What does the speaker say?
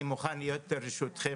אני מוכן להיות לרשותכם.